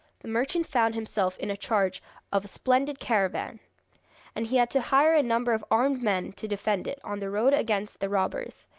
the merchant found himself in charge of a splendid caravan and he had to hire a number of armed men to defend it on the road against the robbers,